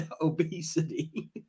obesity